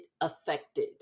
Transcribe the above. affected